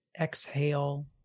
exhale